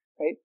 Right